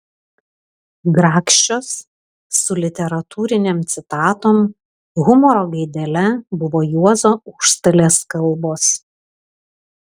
grakščios su literatūrinėm citatom humoro gaidele buvo juozo užstalės kalbos